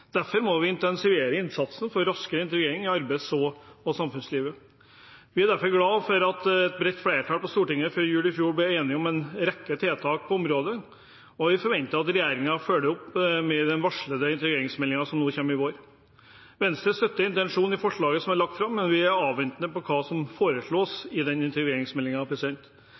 Derfor må vi intensivere innsatsen for raskere integrering i arbeids- og samfunnslivet. Vi er derfor glad for at et bredt flertall på Stortinget før jul i fjor ble enige om en rekke tiltak på området, og vi forventer at regjeringen følger opp i den varslede integreringsmeldingen som kommer i vår. Venstre støtter intensjonen i forslaget som er lagt fram, men vi er avventende til hva som foreslås i